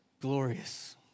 Glorious